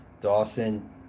Dawson